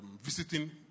visiting